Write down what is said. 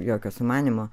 jokio sumanymo